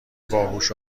باهوش